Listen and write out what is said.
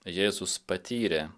jėzus patyrė